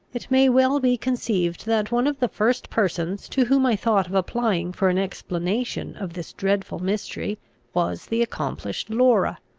it may well be conceived, that one of the first persons to whom i thought of applying for an explanation of this dreadful mystery was the accomplished laura.